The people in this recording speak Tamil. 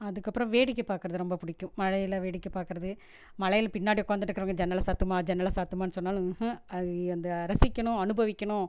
அதுக்கப்புறம் வேடிக்கை பார்க்கறது ரொம்ப பிடிக்கும் மழையில் வேடிக்கை பார்க்கறது மழையில் பின்னாடி உட்காந்துட்டு இருக்கிறவங்க ஜன்னலை சாத்தும்மா ஜன்னலை சாத்தும்மானு சொன்னாலும் ம்ஹூம் அது அந்த ரசிக்கணும் அனுபவிக்கணும்